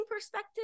perspective